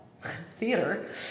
theater